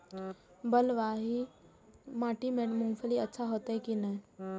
बलवाही माटी में मूंगफली अच्छा होते की ने?